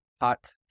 hot